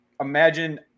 imagine –